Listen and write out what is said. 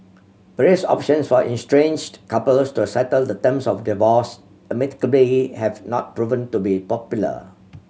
various options for estranged couples to settle the terms of divorce amicably have not proven to be popular